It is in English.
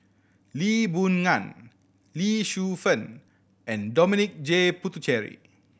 Lee Boon Ngan Lee Shu Fen and Dominic J Puthucheary